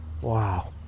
Wow